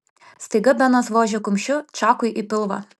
staiga benas vožė kumščiu čakui į pilvą